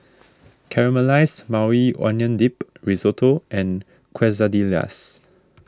Caramelized Maui Onion Dip Risotto and Quesadillas